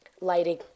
lighting